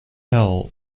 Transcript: hell